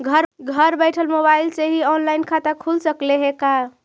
घर बैठल मोबाईल से ही औनलाइन खाता खुल सकले हे का?